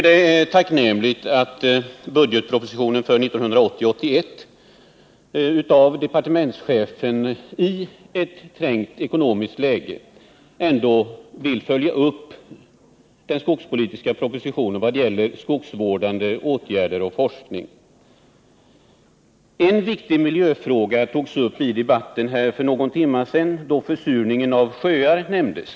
Det är tacknämligt att i budgetpropositionen för 1980/81 kunna utläsa att departementschefen i ett trängt ekonomiskt läge ändå vill följa upp den skogspolitiska propositionen i vad gäller skogsvårdande åtgärder och forskning. En viktig miljöfråga togs för någon timme sedan upp i debatten då försurningen av sjöar nämndes.